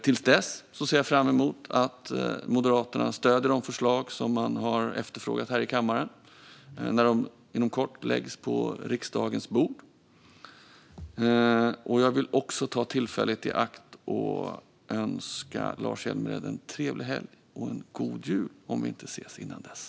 Till dess ser jag fram emot att Moderaterna stöder de förslag som de har efterfrågat här i kammaren när dessa inom kort läggs på riksdagens bord. Jag vill också ta tillfället i akt och tillönska Lars Hjälmered en trevlig helg - och en god jul om vi inte ses innan dess.